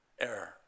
error